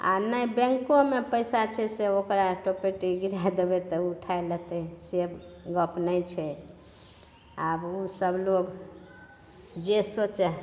आ नहि बैंकोमे पैसा छै से ओकरा सबके तऽ गिरा देबै उठा लेतै से गप नहि छै आब ओसब लोग जे सोचए